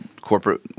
corporate